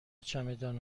چمدان